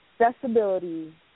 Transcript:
accessibility